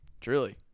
Truly